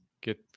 get